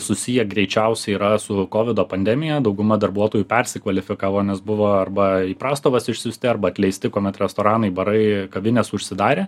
susiję greičiausiai yra su kovido pandemija dauguma darbuotojų persikvalifikavo nes buvo arba į prastovas išsiųsti arba atleisti kuomet restoranai barai kavinės užsidarė